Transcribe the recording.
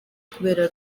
kubera